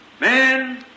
Man